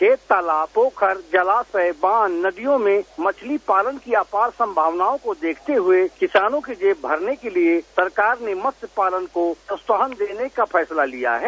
खेत तालाब पोखर जलाशय बांध नदियों में मछली पालन की अपार सम्भावनाओं को देखते हुए किसानों की जेब भरने के लिए सरकार ने मत्स्य पालन को प्रोत्साहन देने का फैसला लिया है